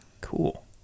Cool